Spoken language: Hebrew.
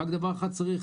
רק דבר אחד צריך,